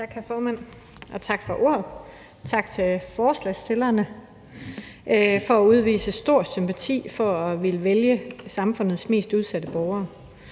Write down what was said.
Tak for ordet, hr. formand, og tak til forslagsstillerne for at udvise stor sympati for samfundets mest udsatte borgere